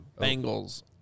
Bengals